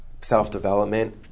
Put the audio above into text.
self-development